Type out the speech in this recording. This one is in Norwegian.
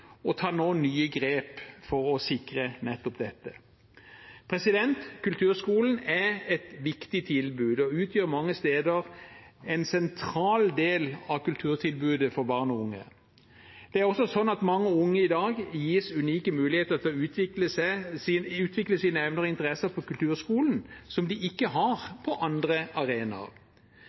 og tar nå nye grep for å sikre nettopp dette. Kulturskolen er et viktig tilbud og utgjør mange steder en sentral del av kulturtilbudet til barn og unge. Det er også slik at mange unge i dag gis unike muligheter til å utvikle sine evner og interesser på kulturskolen som de ikke har på andre arenaer.